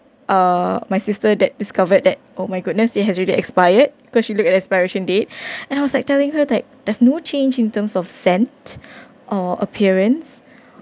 er my sister that discovered that oh my goodness they has already expired cause she looked at expiration date and I was like telling her that there's no change in terms of scent or appearance